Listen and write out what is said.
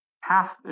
Half